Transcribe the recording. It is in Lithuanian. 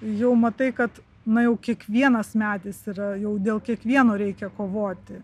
jau matai kad na jau kiekvienas medis yra jau dėl kiekvieno reikia kovoti